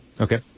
Okay